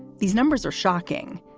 these numbers are shocking,